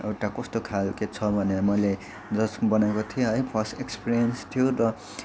एउटा कस्तो खालको छ भने मैले जस्ट बनाएको थिएँ है फर्स्ट एक्सपिरियन्स थियो र